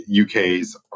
UK's